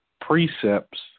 precepts